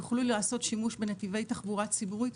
יוכלו לעשות שימוש בנתיבי תחבורה ציבורית.